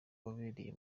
wabereye